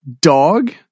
Dog